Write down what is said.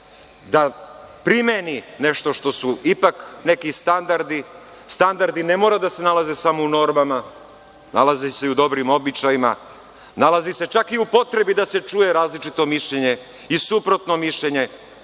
da primeni nešto što su ipak neki standardi. Standardi ne moraju da se nalaze samo u normama, nalaze se i u dobrim običajima, nalaze se čak i u potrebi da se čuje različito mišljenje i suprotno mišljenje.